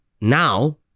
now